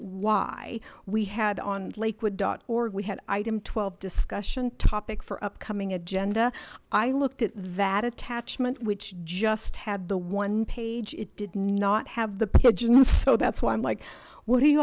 why we had on lakewood or we had item twelve discussion topic for upcoming agenda i looked at that attachment which just had the one page it did not have the pigeons so that's why i'm like w